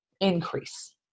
increase